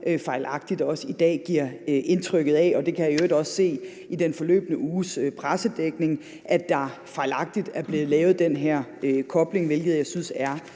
fejlagtigt giver indtryk af. Jeg kan i øvrigt også se i den forløbne uges pressedækning, at der fejlagtigt er blevet lavet den her kobling, hvilket jeg synes